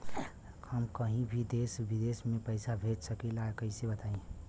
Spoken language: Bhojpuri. हम कहीं भी देश विदेश में पैसा भेज सकीला कईसे बताई?